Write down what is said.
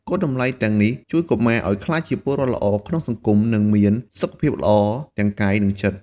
គុណតម្លៃទាំងនេះជួយកុមារឲ្យក្លាយជាពលរដ្ឋល្អក្នុងសង្គម និងមានសុខភាពល្អទាំងកាយ និងចិត្ត។